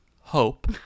hope